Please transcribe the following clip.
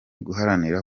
guharanira